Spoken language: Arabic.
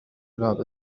لعب